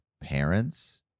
parents